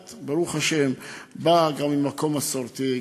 את ברוך השם באה גם ממקום מסורתי,